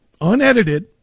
Unedited